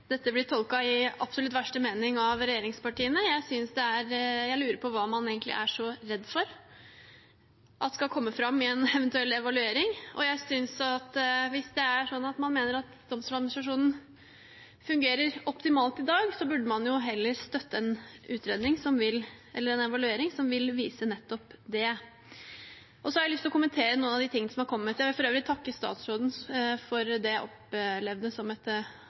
i absolutt verste mening av regjeringspartiene. Jeg lurer på hva man egentlig er så redd for skal komme fram i en eventuell evaluering, og jeg synes at hvis man mener at Domstoladministrasjonen fungerer optimalt i dag, burde man heller støtte en evaluering som vil vise nettopp det. Så har jeg lyst til å kommentere noen av de tingene som har kommet fram. Jeg vil for øvrig takke statsråden for det jeg opplevde som et